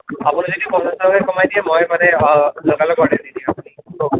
আপুনি যদি পঞ্চাশ টকাকে কমাই দিয়ে মই মানে লগা লগ অৰ্ডাৰ দি দিম আপুনি কওক